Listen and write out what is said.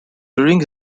during